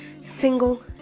single